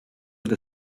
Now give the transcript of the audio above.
with